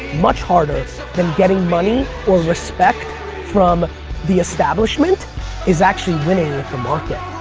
much harder than getting money or respect from the establishment is actually winning the market.